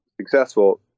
successful